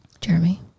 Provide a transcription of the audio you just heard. jeremy